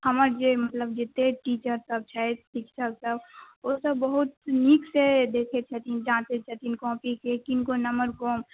हमर जे मतलब जतेक शिक्षकसब छथि ओसब बहुत नीकसँ देखै छथिन जाँचै छथिन कॉपीके किनको नम्बर कम